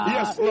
Yes